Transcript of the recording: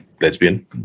lesbian